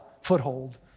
Foothold